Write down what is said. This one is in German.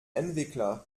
entwickler